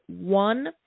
one